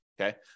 Okay